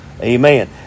Amen